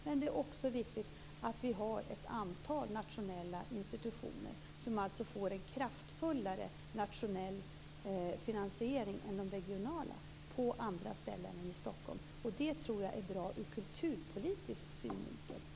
Men det är också viktigt att vi har ett antal nationella institutioner som får en kraftfullare nationell finansiering än de regionala på andra ställen än i Stockholm. Det tror jag är bra ur kulturpolitisk synvinkel.